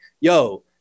yo